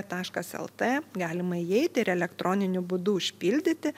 taškas lt galima įeiti ir elektroniniu būdu užpildyti